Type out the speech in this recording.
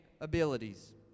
abilities